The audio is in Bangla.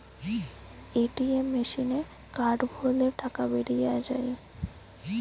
এ.টি.এম মেসিনে কার্ড ভরলে টাকা বেরিয়ে যায়